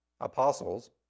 apostles